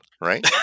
right